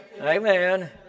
Amen